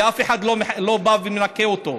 ואף אחד לא בא ומנקה אותו,